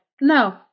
no